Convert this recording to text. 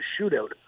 shootout